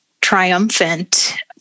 triumphant